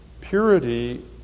Purity